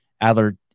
Adler